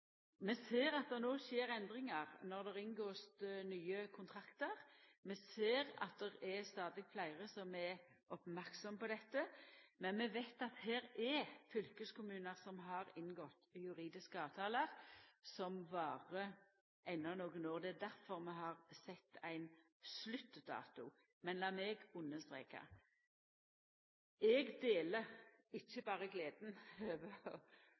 Vi ser at det no skjer endringar når det blir inngått nye kontraktar, vi ser at det er stadig fleire som er merksame på dette, men vi veit at det er fylkeskommunar som har inngått juridiske avtalar som varer enno nokre år. Det er difor vi har sett ein sluttdato. Men lat meg understreka: Eg deler